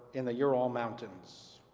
in the ural mountains.